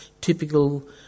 typical